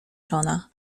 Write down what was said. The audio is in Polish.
czona